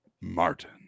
Martin